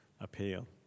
appeal